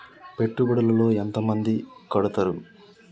పెట్టుబడుల లో ఎంత మంది కడుతరు?